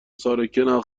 ساکن